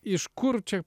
iš kur čia